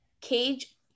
cage